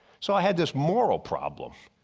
so i had this moral problem.